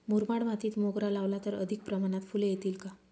मुरमाड मातीत मोगरा लावला तर अधिक प्रमाणात फूले येतील का?